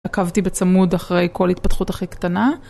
עקבתי בצמוד אחרי כל התפתחות הכי קטנה.